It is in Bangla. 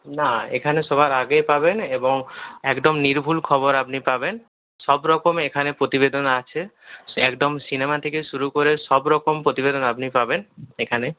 না এখানে সবার আগে পাবেন এবং একদম নির্ভুল খবর আপনি পাবেন সব রকম এখানে প্রতিবেদন আছে একদম সিনেমা থেকে শুরু করে সব রকম প্রতিবেদন আপনি পাবেন এখানে